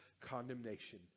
condemnation